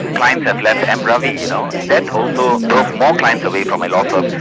clients have left m ravi, you know. that also drove more clients away from my law firm,